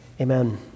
amen